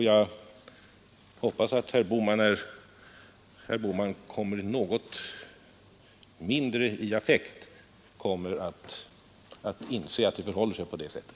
Jag hoppas att herr Bohman, när han är något mindre i affekt, kommer att inse att det förhåller sig på det sättet.